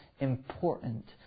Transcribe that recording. important